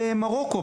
במרוקו,